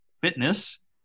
fitness